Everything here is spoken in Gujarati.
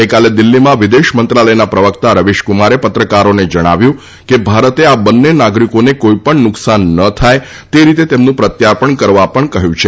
ગઈકાલે દિલ્ફીમાં વિદેશ મંત્રાલયના પ્રવક્તા રવિશકુમારે પત્રકારોને જણાવ્યું હતું કે ભારતે આ બંને નાગરિકોને કોઈપણ નુકસાન ન થાય તે રીતે તેમનું પ્રત્યાર્પણ કરવા પણ કહ્યું છે